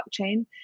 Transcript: blockchain